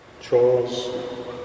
Charles